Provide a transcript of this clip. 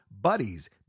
BUDDIES